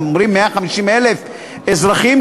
אומרים 150,000 אזרחים,